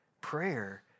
Prayer